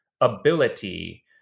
ability